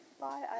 Bye